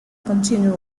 continuum